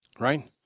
right